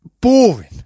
boring